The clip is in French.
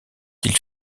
qu’il